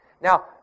Now